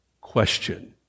question